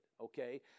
okay